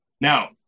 Now